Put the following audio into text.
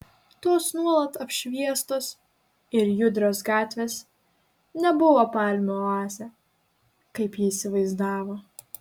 tos nuolat apšviestos ir judrios gatvės nebuvo palmių oazė kaip ji įsivaizdavo